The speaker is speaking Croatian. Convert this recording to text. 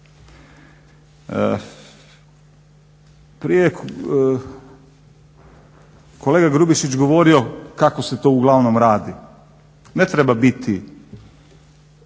Prije je kolega Grubišić govorio kako se to uglavnom radi. Ne treba biti